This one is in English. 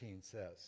says